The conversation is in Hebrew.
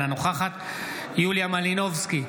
אינה נוכחת יוליה מלינובסקי,